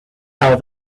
how